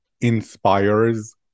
inspires